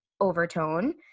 overtone